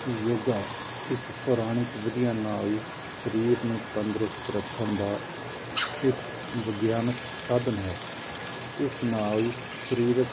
ਯੋਗਾ ਇੱਕ ਪੁਰਾਣਿਕ ਵਿਧੀਆਂ ਨਾਲ ਸਰੀਰ ਨੂੰ ਤੰਦਰੁਸਤ ਰੱਖਣ ਦਾ ਇੱਕ ਵਿਗਿਆਨਿਕ ਸਾਧਨ ਹੈ ਇਸ ਨਾਲ ਸਰੀਰਕ